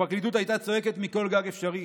הפרקליטות הייתה צועקת מכל גג אפשרי.